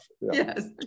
Yes